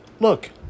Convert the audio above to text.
look